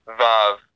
Vav